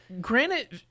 Granite